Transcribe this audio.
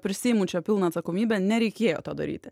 prisiimu čia pilną atsakomybę nereikėjo to daryti